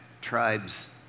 tribes